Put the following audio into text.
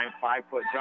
Five-foot